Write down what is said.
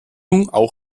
verbindung